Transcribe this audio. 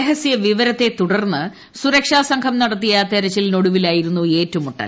രഹസൃ വിവരത്തെ തുടർന്ന് സുരക്ഷാ സംഘം നടത്തിയ തെരച്ചിലിന് ഒടുവിലായിരുന്നു ഏറ്റുമുട്ടൽ